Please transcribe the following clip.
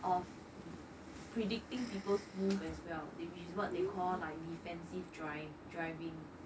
of predicting people's move as well which is what they you call like defensive drive~ driving